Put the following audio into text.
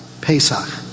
Pesach